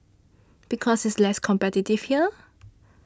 because it's less competitive here